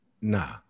Nah